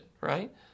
right